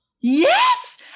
Yes